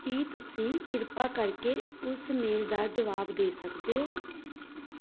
ਕੀ ਤੁਸੀਂ ਕਿਰਪਾ ਕਰਕੇ ਉਸ ਮੇਲ ਦਾ ਜਵਾਬ ਦੇ ਸਕਦੇ ਹੋ